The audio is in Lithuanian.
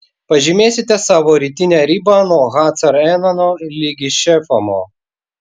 pažymėsite savo rytinę ribą nuo hacar enano ligi šefamo